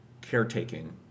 caretaking